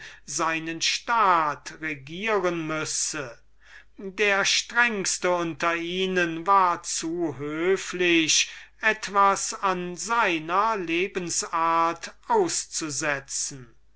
seinen staat regieren müsse der strengeste unter ihnen war zu höflich etwas an seiner lebensart auszusetzen